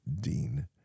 Dean